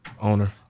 Owner